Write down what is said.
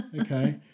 okay